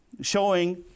showing